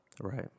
Right